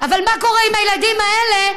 אבל מה קורה עם הילדים האלה,